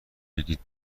بگید